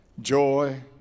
joy